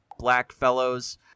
blackfellows